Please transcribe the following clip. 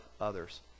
others